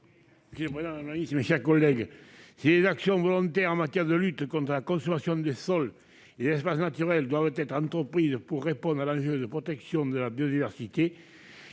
présenter l'amendement n° 660 rectifié. Si des actions volontaires en matière de lutte contre la consommation des sols et des espaces naturels doivent être entreprises pour répondre à l'enjeu de protection de la biodiversité,